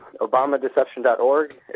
Obamadeception.org